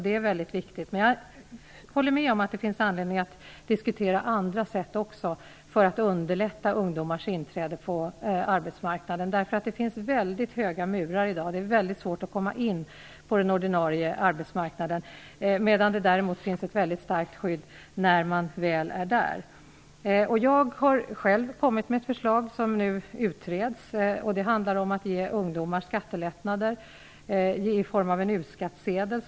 Det är viktigt, men jag håller med om att det finns anledning att också diskutera andra sätt att underlätta ungdomars inträde på arbetsmarknaden. Det finns i dag höga murar. Det är svårt att komma in på den ordinarie arbetsmarknaden. Däremot finns det ett starkt skydd när man väl är där. Jag har själv kommit med ett förslag som nu utreds. Det handlar om att ge ungdomar skattelättnader, i form av en u-skattsedel.